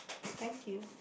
thank you